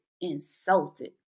insulted